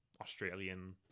Australian